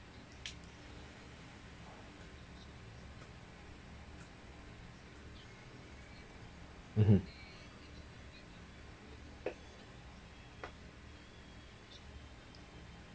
um um